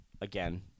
Again